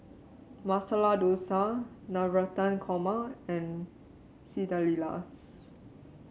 Masala Dosa Navratan Korma and Quesadillas